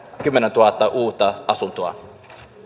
kymmenentuhatta uutta asuntoa